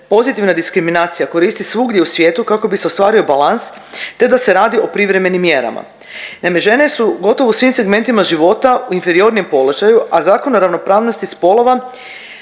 pozitivna diskriminacija koristi svugdje u svijetu kako bi se ostvario balans te da se radi o privremenim mjerama. Naime, žene su gotovo u svim segmentima života u inferiornijem položaju, a Zakon o ravnopravnosti spolova